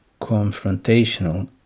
confrontational